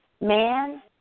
man